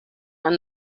and